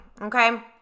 okay